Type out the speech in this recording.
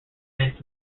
its